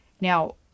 Now